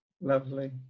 lovely